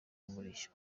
umurishyo